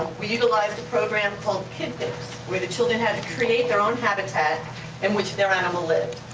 we utilized a program called kidpix where the children had to create their own habitat in which their animal lived.